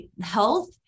health